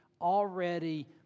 already